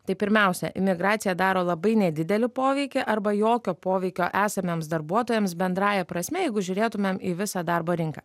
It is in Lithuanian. tai pirmiausia imigracija daro labai nedidelį poveikį arba jokio poveikio esamiems darbuotojams bendrąja prasme jeigu žiūrėtumėm į visą darbo rinką